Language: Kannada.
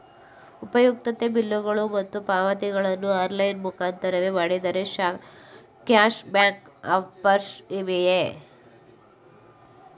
ಉಪಯುಕ್ತತೆ ಬಿಲ್ಲುಗಳು ಮತ್ತು ಪಾವತಿಗಳನ್ನು ಆನ್ಲೈನ್ ಮುಖಾಂತರವೇ ಮಾಡಿದರೆ ಕ್ಯಾಶ್ ಬ್ಯಾಕ್ ಆಫರ್ಸ್ ಇವೆಯೇ?